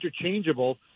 interchangeable